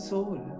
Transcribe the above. soul।